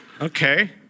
Okay